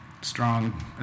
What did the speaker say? strong